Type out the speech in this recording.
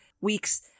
weeks